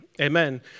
amen